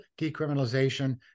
decriminalization